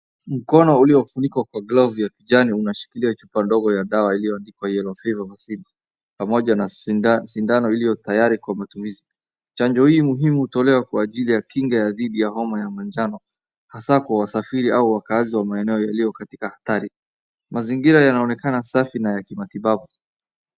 Mkono uliofunikwa kwa glovuya kijani unashikilia chupa ndogo ya dawa ilioandikwa Yellow Fever Vaccine, pamoja na sindano iliyo tayari kwa matumizi. Chanjo hii muhimu hutolewa kwa ajili ya kinga ya dhidi ya homa ya manjano. Hasa kwa wasafiri au kwa wakaazi wa maeneo yaliyo katika hatari. Mazingira yanaonekana safi na ya kimatibabu.